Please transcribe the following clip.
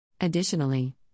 Additionally